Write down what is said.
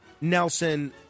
Nelson